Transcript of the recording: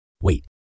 Wait